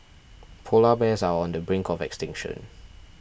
Polar Bears are on the brink of extinction